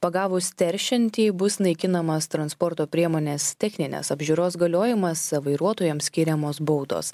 pagavus teršiantį bus naikinamas transporto priemonės techninės apžiūros galiojimas vairuotojams skiriamos baudos